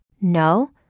No